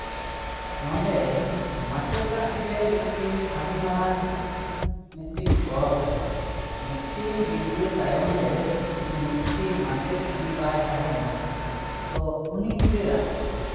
ᱱᱚᱸᱰᱮ ᱢᱟᱪᱮᱛᱟᱜ ᱜᱮ ᱢᱤᱫᱴᱮᱱ ᱟᱹᱰᱤ ᱢᱟᱨᱟᱝ ᱢᱤᱫᱴᱮᱱ ᱜᱚᱲᱚ ᱠᱟᱱᱟ ᱢᱤᱫᱴᱮᱱ ᱜᱤᱫᱽᱨᱟᱹ ᱛᱟᱭᱚᱢ ᱨᱮ ᱡᱩᱫᱤ ᱢᱤᱫᱴᱮᱱ ᱢᱟᱪᱮᱫ ᱡᱩᱫᱤ ᱵᱟᱭ ᱛᱟᱦᱮᱱᱟ ᱛᱚ ᱩᱱᱤ ᱜᱤᱫᱟᱹᱨᱟᱜ